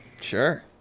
Sure